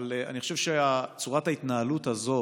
אבל אני חושב שצורת ההתנהלות הזאת